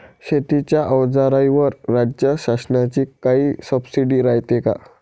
शेतीच्या अवजाराईवर राज्य शासनाची काई सबसीडी रायते का?